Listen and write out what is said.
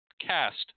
cast